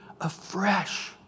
afresh